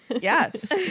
Yes